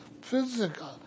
physical